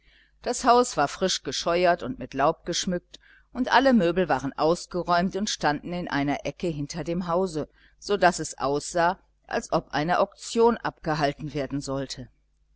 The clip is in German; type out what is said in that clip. das haus war frisch gescheuert und mit laub geschmückt und alle möbel waren ausgeräumt und standen in einer ecke hinter dem hause so daß es aussah als ob eine auktion abgehalten werden sollte